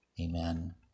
Amen